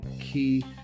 key